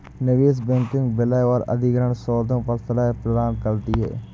निवेश बैंकिंग विलय और अधिग्रहण सौदों पर सलाह प्रदान करती है